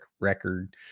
record